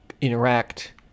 interact